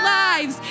lives